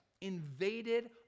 invaded